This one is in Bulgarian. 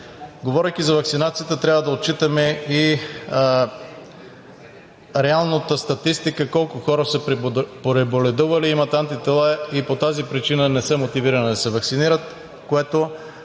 Говорейки за ваксинацията, трябва да отчитаме и реалната статистика колко хора са преболедували и имат антитела и поради тази причина не са мотивирани да се ваксинират, което